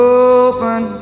open